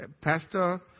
Pastor